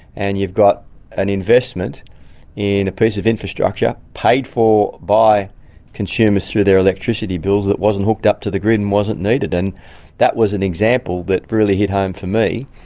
and you've got an investment in a piece of infrastructure paid for by consumers through their electricity bills that wasn't hooked up to the grid and wasn't needed. and that was an example that really hit home for me,